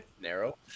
Narrow